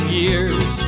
years